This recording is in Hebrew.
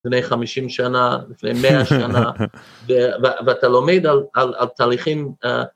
לפני 50 שנה, לפני 100 שנה, ואתה לומד על תהליכים.